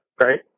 right